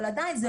אבל עדיין,